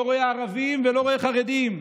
לא רואה ערבים ולא רואה חרדים.